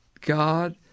God